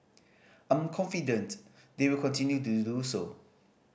I'm confident they will continue to do so